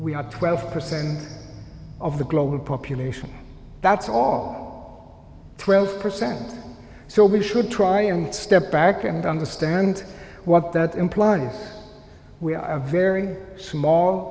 we are twelve percent of the global population that's all twelve percent so we should try and step back and understand what that implies we are a very small